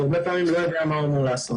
הוא הרבה פעמים לא יודע מה הוא אמור לעשות.